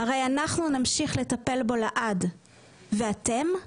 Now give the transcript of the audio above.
הרי אנחנו נמשיך לטפל בו לעד, ואתם,